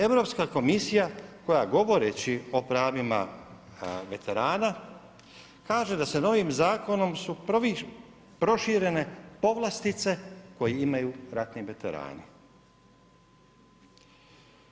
Europska komisija koja govoreći o pravima veterana kaže da se novim zakonom su proširene povlastice koje imaju ratni veterani.